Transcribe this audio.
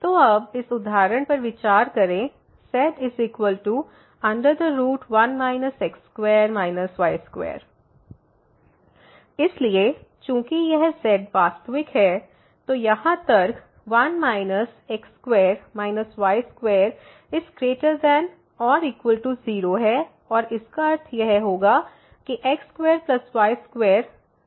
तो अब इस उदाहरण पर विचार करें z1 x2 y2 इसलिए चूंकि यह z वास्तविक है तो यहां तर्क ≥0 और इसका अर्थ यह होगा कि x2y2≤1